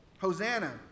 Hosanna